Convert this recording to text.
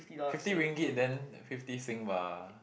fifty ringgit then fifty Sing !wah!